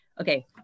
Okay